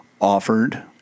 offered